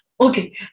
Okay